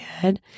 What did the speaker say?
good